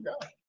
God